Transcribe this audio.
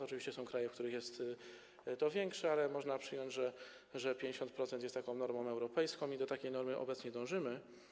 Oczywiście są kraje, w których jest to większe, ale można przyjąć, że 50% jest taką normą europejską i do takiej normy obecnie dążymy.